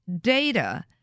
data